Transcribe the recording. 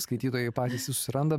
skaitytojai patys jus susiranda